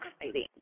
exciting